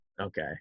okay